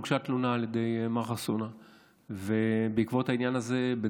הוגשה תלונה על ידי מר חסונה בעקבות העניין הזה.